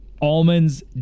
Almonds